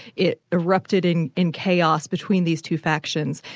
it erupted in in chaos between these two factions,